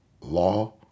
law